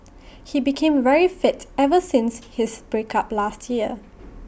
he became very fit ever since his break up last year